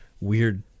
weird